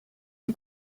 die